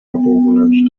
verbogenen